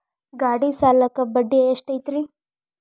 ಗಾಡಿ ಸಾಲಕ್ಕ ಬಡ್ಡಿ ಎಷ್ಟೈತ್ರಿ?